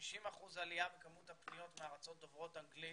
50 אחוזים עלייה בכמות הפניות מארצות דוברות אנגלית,